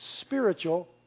spiritual